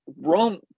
rome